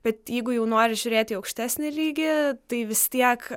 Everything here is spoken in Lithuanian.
bet jeigu jau nori žiūrėti į aukštesnį lygį tai vis tiek